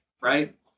right